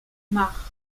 mach